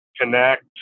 connect